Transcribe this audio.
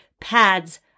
pads